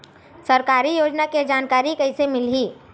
सरकारी योजना के जानकारी कइसे मिलही?